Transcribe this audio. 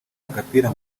agapira